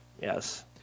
Yes